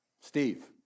Steve